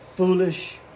Foolish